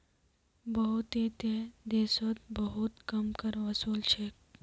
बहुतेते देशोत बहुत कम कर वसूल छेक